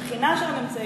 בחינה של הממצאים האלה.